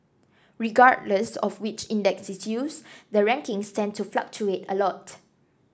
regardless of which index is used the rankings tend to fluctuate a lot